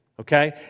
okay